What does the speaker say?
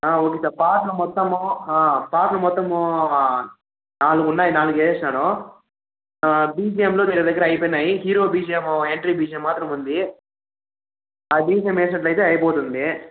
okay sir పాటలు మొత్తం పాటలు మొత్తము నాలుగు ఉన్నాయి నాలుగు వేసేసినాను బిజిఏంలో దగ్గరదగ్గర అయిపోయినాయి హీరో బిజిఏం ఎంట్రీ బిజిఏం మాత్రం ఉంది ఆ బిజిఏం వేసినట్లయితే అయిపోతుంది